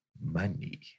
money